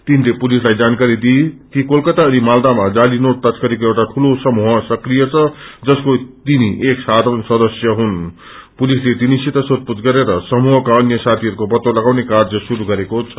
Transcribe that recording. तिनले पुलिसलाई जानकारी दिए कि कोलकता अनिमालदाामा जाली नोट कस्करीको एउटा ठूलो समूह सक्रिय छ जसको तिनी एक साथारण सदस्य हुन् पुलिसले तिनीसित सोथपूछ गरेर समूहका अन्य साथीहरूको पत्तो लगाउने कार्य शुरू गरेको छ